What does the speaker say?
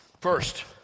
First